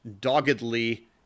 doggedly